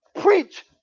preach